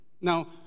Now